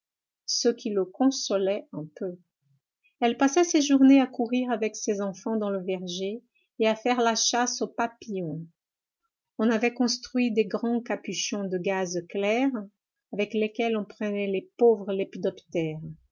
ce qui le consolait un peu elle passait ses journées à courir avec ses enfants dans le verger et à faire la chasse aux papillons on avait construit de grands capuchons de gaze claire avec lesquels on prenait les pauvres